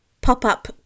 pop-up